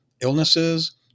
illnesses